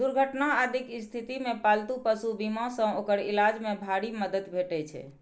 दुर्घटना आदिक स्थिति मे पालतू पशु बीमा सं ओकर इलाज मे भारी मदति भेटै छै